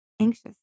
anxious